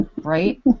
Right